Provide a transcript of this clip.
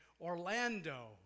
Orlando